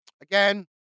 Again